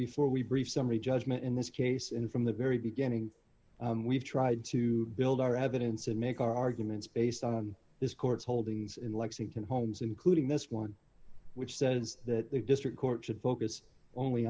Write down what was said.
before we brief summary judgment in this case in from the very beginning we've tried to build our evidence and make our arguments based on this court's holdings in lexington homes including this one which says that the district court should focus only